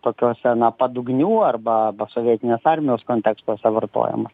tokiose na padugnių arba sovietinės armijos kontekstuose vartojama